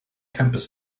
campus